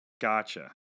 gotcha